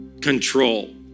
control